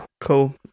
Cool